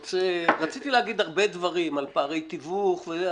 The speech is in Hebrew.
רציתי להגיד הרבה דברים על פערי תיווך וזה,